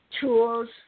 Tools